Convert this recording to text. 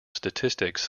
statistics